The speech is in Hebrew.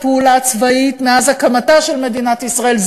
פעולה צבאית מאז הקמתה של מדינת ישראל.